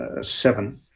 seven